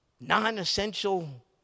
non-essential